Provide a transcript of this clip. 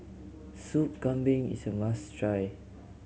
Soup Kambing is a must try